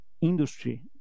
industry